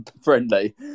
friendly